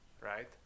Right